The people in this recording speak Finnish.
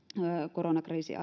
koronakriisin